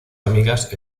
amigas